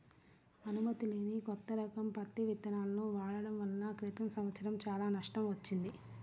అనుమతి లేని కొత్త రకం పత్తి విత్తనాలను వాడటం వలన క్రితం సంవత్సరం చాలా నష్టం వచ్చింది